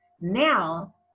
now